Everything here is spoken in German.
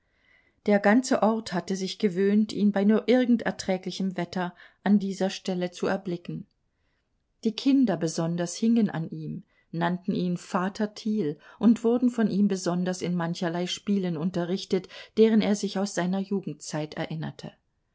der ganze ort hatte sich gewöhnt ihn bei nur irgend erträglichem wetter an dieser stelle zu erblicken die kinder besonders hingen an ihm nannten ihn vater thiel und wurden von ihm besonders in mancherlei spielen unterrichtet deren er sich aus seiner jugendzeit erinnerte